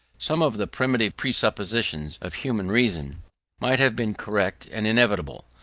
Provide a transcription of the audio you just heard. some of the primitive presuppositions of human reason might have been correct and inevitable,